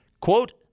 Quote